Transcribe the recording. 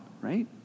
right